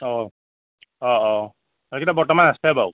অঁ অঁ এইকেইটা বৰ্তমান আছে বাৰু